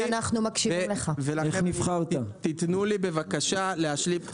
תנו לי להשלים את